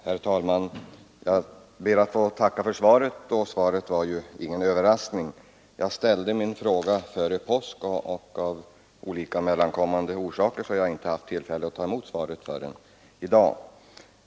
Herr talman! Jag ber att få tacka för svaret, som ju inte var någon överraskning. Jag ställde min fråga före påsk, den 5 april. Av olika mellankommande orsaker har jag inte haft tillfälle att ta emot svaret förrän i dag.